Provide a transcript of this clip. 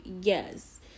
yes